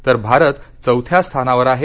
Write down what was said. तर भारत चौथ्या स्थानावर आहे